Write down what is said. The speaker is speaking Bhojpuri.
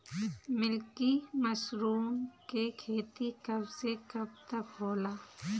मिल्की मशरुम के खेती कब से कब तक होला?